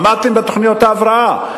עמדתן בתוכניות ההבראה,